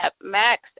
Max